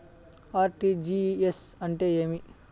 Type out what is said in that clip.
RTGS అంటే ఏమి?